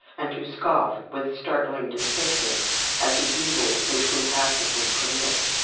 and to scoff with startling distinctness at the evils which we passively permit.